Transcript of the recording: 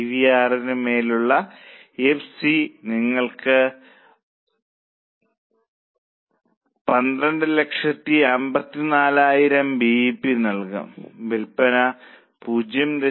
P V R നു മേലുള്ള F C നിങ്ങൾക്ക് 12540000 ബി ഇ പി നൽകുന്നു വിൽപ്പന 0